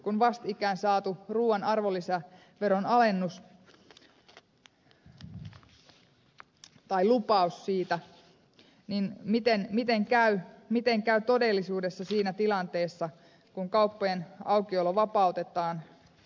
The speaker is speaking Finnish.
kun vastikään on saatu lupaus ruuan arvolisäveron alennuksesta niin miten käy todellisuudessa siinä tilanteessa kun kauppojen aukiolo vapautetaan